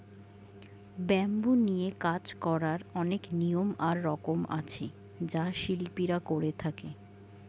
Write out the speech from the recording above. bamboo নিয়ে কাজ করার অনেক নিয়ম আর রকম আছে যা শিল্পীরা করে থাকে